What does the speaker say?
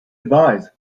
advise